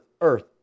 earth